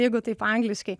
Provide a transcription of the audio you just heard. jeigu taip angliškai